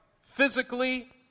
Physically